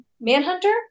Manhunter